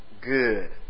good